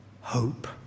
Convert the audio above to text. hope